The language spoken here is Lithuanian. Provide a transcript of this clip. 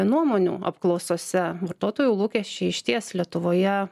nuomonių apklausose vartotojų lūkesčiai išties lietuvoje